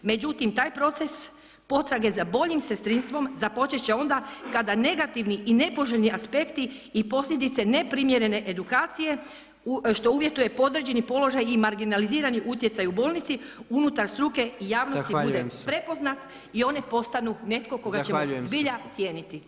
Međutim, taj proces potrage za bojim sestrinstvom započet će onda kada negativni i nepoželjni aspekti i posljedice neprimjerene edukacije što uvjetuje po određenim položajima i marginalizirani utjecaj u bolnici unutar struke i javnosti bude prepoznat i one postanu netko koga ćemo zbilja cijeniti.